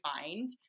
find